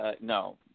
no